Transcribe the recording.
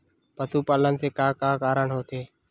पशुपालन से का का कारण होथे?